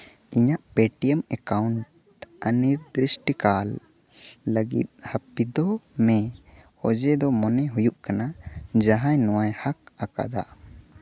ᱤᱧᱟᱹᱜ Paytm account ᱚᱱᱤᱨᱫᱤᱥᱴᱚᱠᱟᱞ ᱞᱟᱹᱜᱤᱫ ᱦᱟᱹᱯᱤᱫᱚᱜ ᱢᱮ ᱚᱡᱮ ᱫᱚ ᱢᱚᱱᱮ ᱦᱩᱭᱩᱜ ᱠᱟᱱᱟ ᱡᱟᱦᱟᱸᱭ ᱱᱚᱣᱟᱭ ᱦᱟᱸᱠ ᱟᱠᱟᱫᱟ